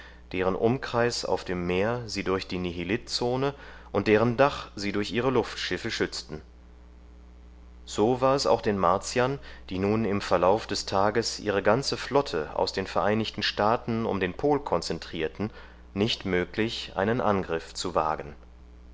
deren umkreis auf dem meer sie durch die nihilitzone und deren dach sie durch ihre luftschiffe schützten so war es auch den martiern die nun im verlauf des tages ihre ganze flotte aus den vereinigten staaten um den pol konzentrierten nicht möglich einen angriff zu wagen